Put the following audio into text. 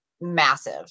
massive